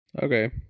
okay